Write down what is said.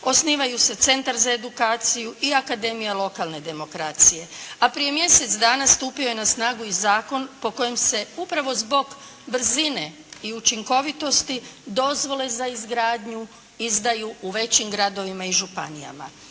osnivaju se Centar za edukaciju i Akademija lokalne demokracije. A prije mjesec dana stupio je na snagu i zakon po kojem se upravo zbog brzine i učinkovitosti dozvole za izgradnju izdaju u većim gradovima i županijama.